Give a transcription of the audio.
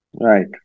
Right